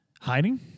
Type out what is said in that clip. Hiding